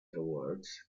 awards